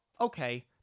okay